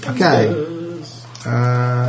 Okay